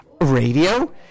Radio